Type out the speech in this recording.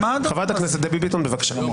חברת הכנסת דבי ביטון, בבקשה.